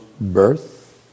birth